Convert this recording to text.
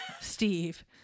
steve